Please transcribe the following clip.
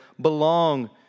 belong